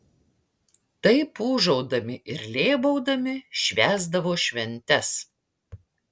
taip ūžaudami ir lėbaudami švęsdavo šventes